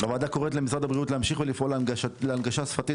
הוועדה קוראת למשרד הבריאות להמשיך ולפעול להנגשה שפתית